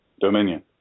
Dominion